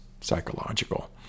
psychological